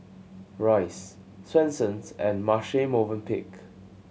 Royce Swensens and Marche Movenpick